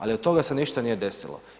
Ali od toga se ništa nije desilo.